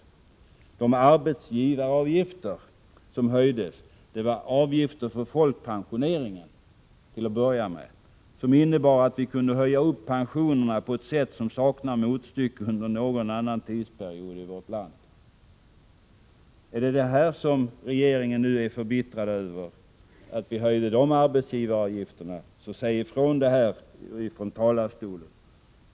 Till de arbetsgivaravgifter som höjdes hörde avgiften till folkpensioneringen, vilket innebar att vi kunde höja pensionerna på ett sätt som saknar motstycke under någon annan tidsperiod i vårt land. Är regeringen nu förbittrad över att vi höjde denna avgift, så säg ifrån här i talarstolen.